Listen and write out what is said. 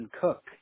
Cook